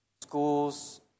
schools